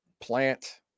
Plant